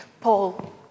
Paul